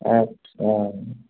आटसा